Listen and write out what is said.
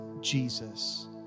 Jesus